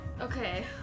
Okay